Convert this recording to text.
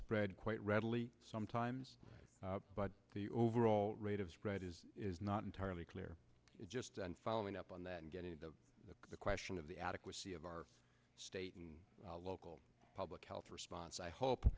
spread quite readily sometimes but the overall rate of spread is is not entirely clear just following up on that and getting to the question of the adequacy of our state and local public health response i hope